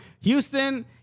Houston